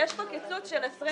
יש פה קיצוץ של 28 מיליון שקל.